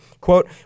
Quote